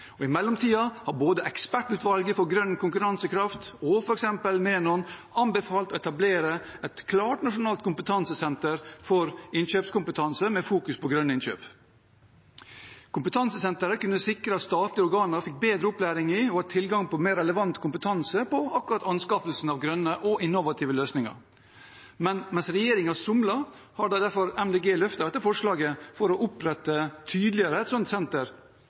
og i mellomtiden har både Ekspertutvalget for grønn konkurransekraft og f.eks. Menon anbefalt å etablere et nasjonalt kompetansesenter for innkjøpskompetanse med fokus på grønne innkjøp. Kompetansesenteret kunne sikret at statlige organer fikk bedre opplæring i og tilgang på mer relevant kompetanse på akkurat anskaffelse av grønne og innovative løsninger. Men mens regjeringen somler, har Miljøpartiet De Grønne løftet dette forslaget for å opprette et tydeligere slikt senter,